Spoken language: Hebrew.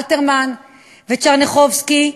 אלתרמן וטשרניחובסקי,